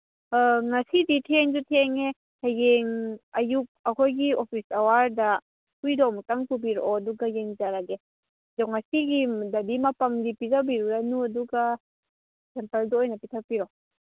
ꯉꯁꯤꯗꯤ ꯊꯦꯡꯁꯨ ꯊꯦꯡꯉꯦ ꯍꯌꯦꯡ ꯑꯌꯨꯛ ꯑꯩꯈꯣꯏꯒꯤ ꯑꯣꯐꯤꯁ ꯑꯋꯥꯔꯗ ꯍꯨꯏꯗꯣ ꯑꯃꯨꯛꯇꯪ ꯄꯨꯕꯤꯔꯛꯑꯣ ꯑꯗꯨꯒ ꯌꯦꯡꯖꯔꯒꯦ ꯑꯗꯨ ꯉꯁꯤꯒꯤꯗꯗꯤ ꯃꯄꯪꯗꯤ ꯄꯤꯖꯕꯤꯔꯨꯔꯅꯨ ꯑꯗꯨꯒ ꯑꯦꯝꯄꯜꯗꯣ ꯑꯣꯏꯅ ꯄꯤꯊꯛꯄꯤꯔꯣ